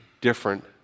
different